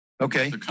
okay